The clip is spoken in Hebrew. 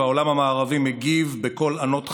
והעולם המערבי מגיב בקול ענות חלושה,